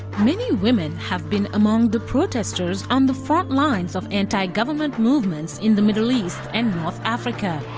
many women have been among the protesters on the frontlines of anti-government movements in the middle east and north africa.